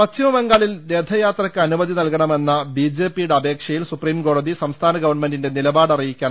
പശ്ചിമ ബംഗാളിൽ രഥയാത്രയ്ക്ക് അനുമതി നൽകണമെന്ന ബിജെ പിയുടെ അപേക്ഷയിൽ സുപ്രീംകോടതി സംസ്ഥാന ഗവൺമെന്റിന്റെ നിലപാടറിയിക്കാൻ ആവശ്യപ്പെട്ടു